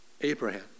Abraham